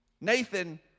Nathan